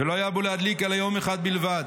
ולא היה בו להדליק אלא יום אחד בלבד.